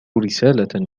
رسالة